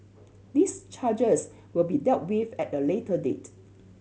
these charges will be dealt with at a later date